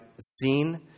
seen